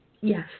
Yes